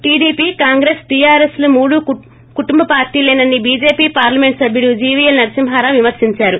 TDP Congress టీఆర్ఎస్లు మూడూ కుటుంబ పార్లీ లేనని బీజేపీ పార్లమెంట్ సభ్యుడు జీవీఎల్ నరసింహారావు విమర్శిందారు